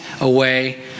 away